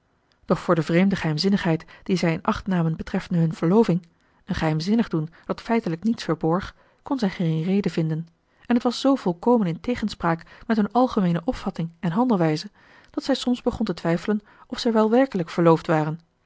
doch voor de vreemde geheimzinnigheid die zij in acht namen betreffende hun verloving een geheimzinnig doen dat feitelijk niets verborg kon zij geen reden vinden en het was zoo volkomen in tegenspraak met hun algemeene opvatting en handelwijze dat zij soms begon te twijfelen of zij wel werkelijk verloofd waren